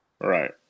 Right